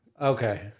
Okay